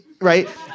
right